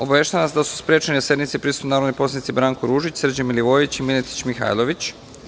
Obaveštavam vas da su sprečeni da sednici prisustvuju narodni poslanici Branko Ružić, Srđan Milivojević i Miletić Mihajlović.